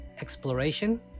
exploration